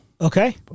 Okay